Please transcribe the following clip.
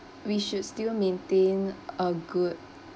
we should still maintain a good